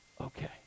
Okay